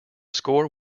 score